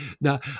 Now